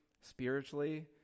spiritually